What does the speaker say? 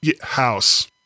house